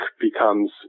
becomes